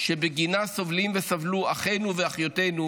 שבגינה סובלים וסבלו אחינו ואחיותינו